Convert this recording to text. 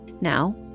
Now